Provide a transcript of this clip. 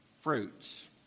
fruits